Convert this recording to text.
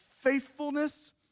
faithfulness